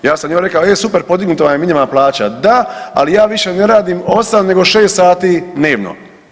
Ja sam njoj rekao e super podignuta vam je minimalna plaća, da ali ja više ne radim 8 nego 6 sati dnevno.